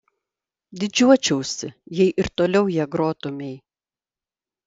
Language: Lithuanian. didžiuočiausi jei ir toliau ja grotumei